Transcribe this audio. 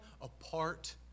Apart